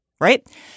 right